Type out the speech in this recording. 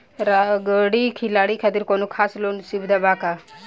Rugby खिलाड़ी खातिर कौनो खास लोन सुविधा बा का?